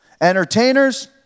Entertainers